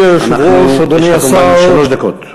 יש לך כמובן שלוש דקות.